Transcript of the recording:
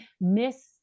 miss